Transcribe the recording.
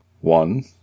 One